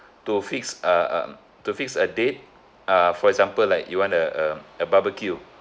to fix uh uh to fix a date uh for example like you want a a a barbecue